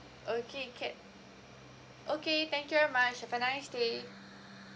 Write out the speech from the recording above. okay can okay thank you very much have a nice day